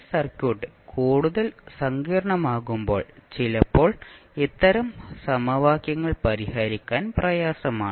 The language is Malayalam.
ഈ സർക്യൂട്ട് കൂടുതൽ സങ്കീർണ്ണമാകുമ്പോൾ ചിലപ്പോൾ ഇത്തരം സമവാക്യങ്ങൾ പരിഹരിക്കാൻ പ്രയാസമാണ്